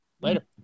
later